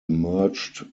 merged